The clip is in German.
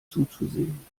zuzusehen